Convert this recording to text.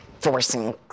forcing